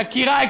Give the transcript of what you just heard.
יקירי,